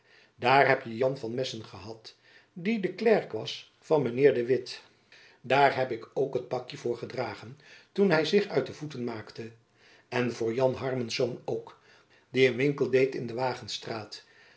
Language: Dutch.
dair hei je jan van messen gehad die de klerk was van men heir de witt dair heb ik ook het pakkie voor edraegen toen hy zich uit de voeten maikte en voor jan harmsz ook die een winkel dei in de waigestrait